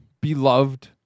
beloved